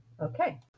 Okay